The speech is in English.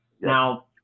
Now